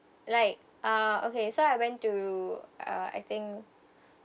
like uh okay so I went to uh I think